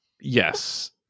yes